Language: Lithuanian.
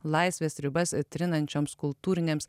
laisvės ribas trinančioms kultūrinėms